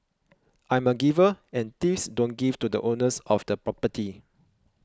I'm a giver and thieves don't give to the owners of the property